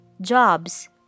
Jobs